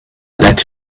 night